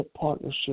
partnership